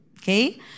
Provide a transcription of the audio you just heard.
okay